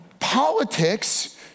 Politics